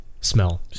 Smell